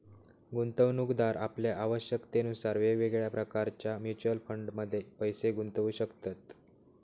गुंतवणूकदार आपल्या आवश्यकतेनुसार वेगवेगळ्या प्रकारच्या म्युच्युअल फंडमध्ये पैशे गुंतवू शकतत